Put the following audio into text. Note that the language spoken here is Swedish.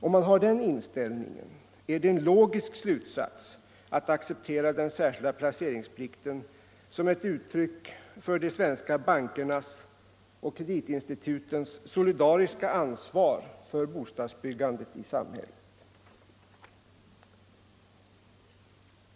Om man har den inställningen är det en logisk slutsats att acceptera den särskilda placeringsplikten som ett uttryck för de svenska bankernas och kreditinstitutens solidariska ansvar för bostadsbyggandet i samhället.